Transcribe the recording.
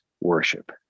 worship